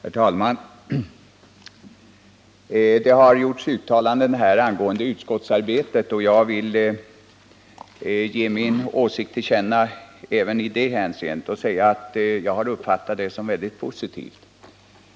Herr talman! Det har gjorts uttalanden här angående utskottsarbetet. Även jag vill ge min åsikt till känna även i det hänseendet och säga att jag har uppfattat det som väldigt positivt.